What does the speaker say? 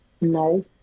No